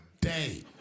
day